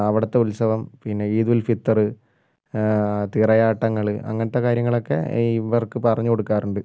അവിടുത്തെ ഉത്സവം പിന്നെ ഈദുൽ ഫിത്തർ തിറയാട്ടങ്ങൾ അങ്ങനത്തെ കാര്യങ്ങളൊക്കെ ഇവർക്ക് പറഞ്ഞു കൊടുക്കാറുണ്ട്